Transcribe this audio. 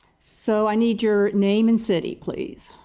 so, i need your name and city, please?